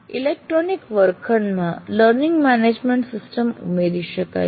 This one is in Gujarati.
ઇલેક્ટ્રોનિક વર્ગખંડમાં લર્નિંગ મેનેજમેન્ટ સિસ્ટમ ઉમેરી શકાય છે